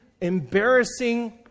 embarrassing